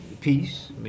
Peace